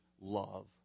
love